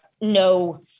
No